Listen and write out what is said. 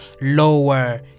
lower